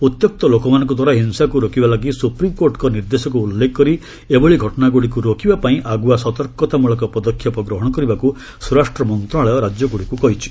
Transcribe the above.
ଉତ୍ୟକ୍ତ ଲୋକମାନଙ୍କଦ୍ୱାରା ହିଂସାକୁ ରୋକିବାଲାଗି ସୁପ୍ରିମ୍କୋର୍ଟଙ୍କ ନିର୍ଦ୍ଦେଶକୁ ଉଲ୍ଲେଖ କରି ଏଭଳି ଘଟଣାଗୁଡ଼ିକୁ ରୋକିବାପାଇଁ ଆଗୁଆ ସତର୍କତାମଳକ ପଦକ୍ଷେପ ଗ୍ରହଣ କରିବାକୁ ସ୍ୱରାଷ୍ଟ୍ର ମନ୍ତ୍ରଣାଳୟ ରାଜ୍ୟଗୁଡ଼ିକୁ କହିଛି